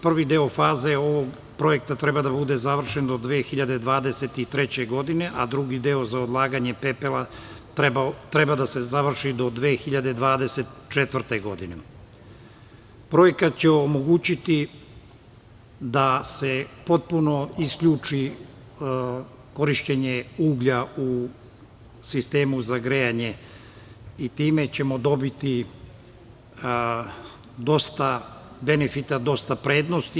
Prva faza projekta treba da bude završena do 2023. godine, a drugi deo za odlaganje pepela treba da se završi do 2024. godine. projekat će omogućiti da se potpuno isključi korišćenje uglja u sistemu za grejanje i time ćemo dobiti dosta benefita, dosta prednosti.